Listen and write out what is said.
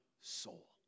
soul